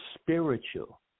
spiritual